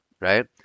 right